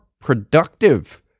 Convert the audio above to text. productive